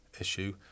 issue